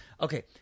Okay